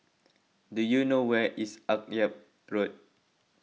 do you know where is Akyab Road